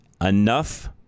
Enough